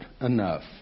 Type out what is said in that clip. enough